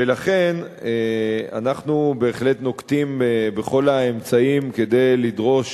ולכן, אנחנו בהחלט נוקטים את כל האמצעים כדי לדרוש